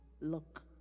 look